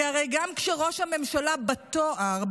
כי הרי גם כשראש הממשלה בתואר,